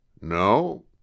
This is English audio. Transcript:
No